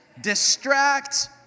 distract